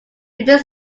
feature